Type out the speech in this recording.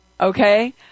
Okay